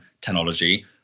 technology